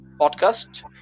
podcast